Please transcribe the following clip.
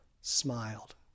smiled